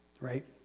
right